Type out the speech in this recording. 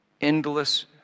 endless